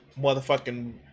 motherfucking